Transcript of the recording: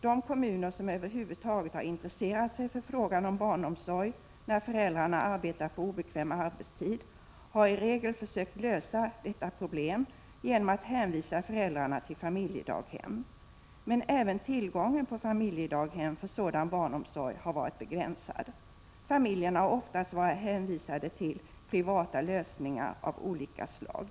De kommuner som över huvud taget har intresserat sig för frågan om barnomsorg när föräldrarna arbetar på obekväm arbetstid har i regel försökt lösa detta problem genom att hänvisa föräldrarna till familjedaghem. Men även tillgången på familjedaghem för sådan barnomsorg har varit begränsad. Familjerna har oftast varit hänvisade till privata lösningar av olika slag.